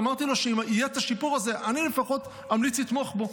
אמרתי לו שאם יהיה השיפור הזה אני לפחות אמליץ לתמוך בו.